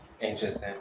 Interesting